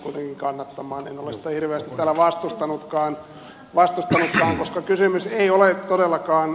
en ole sitä hirveästi täällä vastustanutkaan koska kysymys ei ole todellakaan